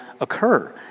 occur